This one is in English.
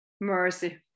mercy